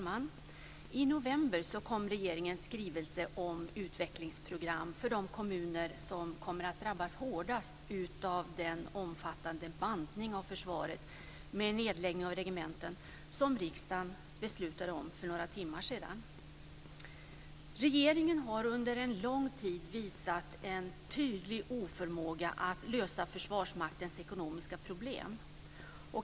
Fru talman! I november kom regeringens skrivelse om utvecklingsprogram för de kommuner som kommer att drabbas hårdast av den omfattande bantning av försvaret, med nedläggning av regementen, som riksdagen beslutade om för några timmar sedan. Regeringen har under en lång tid visat en tydlig oförmåga att lösa Försvarsmaktens ekonomiska problem.